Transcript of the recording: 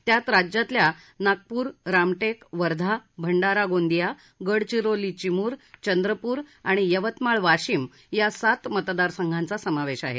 त्यात राज्यातल्या नागपूर रामटेक वर्धा भंडारा गोंदिया गडचिरोली चिमूर चंद्रपूर आणि यवतमाळ वाशिम या सात मतदारसंघांचा समावेश आहे